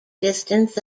distance